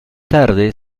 tarde